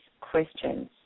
questions